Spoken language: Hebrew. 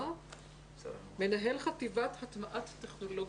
מנהל חטיבת הטמעת טכנולוגיות.